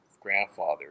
grandfather